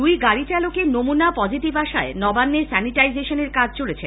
দুই গাড়ি চালকের নমুনা পজিটিভ আসায় নবান্নে স্যানিটাইজেশনের কাজ চলছে